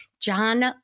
John